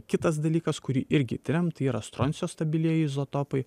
kitas dalykas kurį irgi tiriam tai yra stroncio stabilieji izotopai